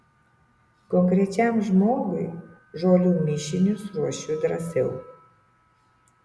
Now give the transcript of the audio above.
konkrečiam žmogui žolių mišinius ruošiu drąsiau